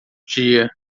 dia